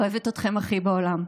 אוהבת אתכם הכי בעולם.